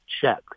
check